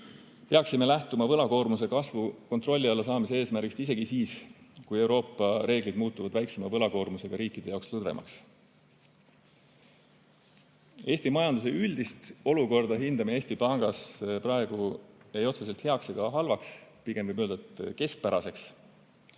peaksime lähtuma võlakoormuse kasvu kontrolli alla saamise eesmärgist isegi siis, kui Euroopa reeglid muutuvad väiksema võlakoormusega riikide jaoks lõdvemaks. Eesti majanduse üldist olukorda hindame Eesti Pangas praegu ei otseselt heaks ega halvaks, pigem võib öelda, et keskpäraseks.